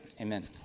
Amen